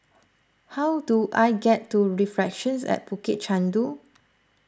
how do I get to Reflections at Bukit Chandu